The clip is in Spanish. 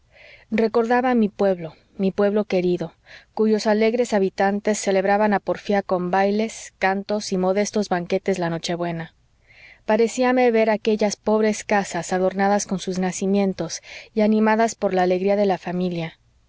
recordaba mi pueblo mi pueblo querido cuyos alegres habitantes celebraban a porfía con bailes cantos y modestos banquetes la nochebuena parecíame ver aquellas pobres casas adornadas con sus nacimientos y animadas por la alegría de la familia